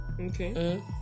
Okay